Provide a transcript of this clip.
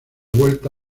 vuelta